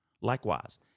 Likewise